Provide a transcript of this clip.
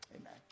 Amen